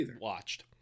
watched